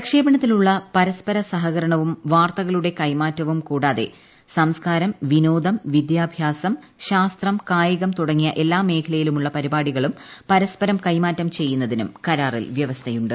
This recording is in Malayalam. പ്രക്ഷേപണത്തിലുള്ള പരസ്പര സഹകരണവും വാർത്ത്കളുടെ കൈമാറ്റവും കൂടാതെ സംസ്ക്കാരം വിനോദം വിദ്യാഭ്യാസം ശാസ്ത്രം കായികം തുടങ്ങിയ എല്ലാ മേഖലയിലുമുള്ള പരിപാടികളും പരസ്പരം കൈമാറ്റം ചെയ്യുന്നതിനും കരാറിൽ വ്യവസ്ഥയുണ്ട്